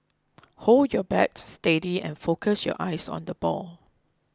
hold your bat steady and focus your eyes on the ball